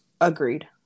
agreed